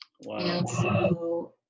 Wow